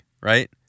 right